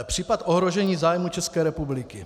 Případ ohrožení zájmů České republiky.